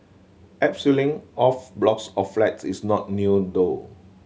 abseiling off blocks of flats is not new though